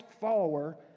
follower